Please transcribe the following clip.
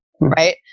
right